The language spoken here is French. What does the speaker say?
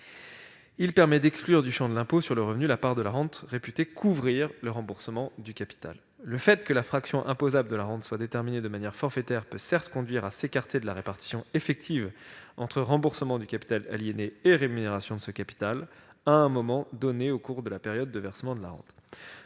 Il permet d'exclure du champ de l'impôt sur le revenu la part de la rente réputée couvrir le remboursement du capital. Le fait que la fraction imposable de la rente soit déterminée de manière forfaitaire peut certes conduire à s'écarter de la répartition effective entre remboursement du capital aliéné et rémunération de ce capital, à un moment donné au cours de la période de versement de la rente.